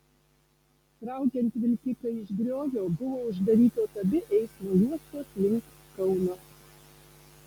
traukiant vilkiką iš griovio buvo uždarytos abi eismo juostos link kauno